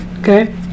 Okay